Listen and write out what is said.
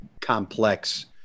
complex